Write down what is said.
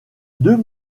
deux